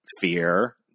fear